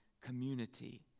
community